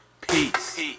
Peace